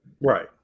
Right